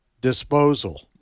disposal